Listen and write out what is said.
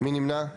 מי נמנע?